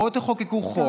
בואו תחוקקו חוק,